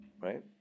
Right